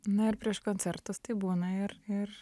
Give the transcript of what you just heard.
na ir prieš koncertus tai būna ir ir